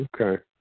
Okay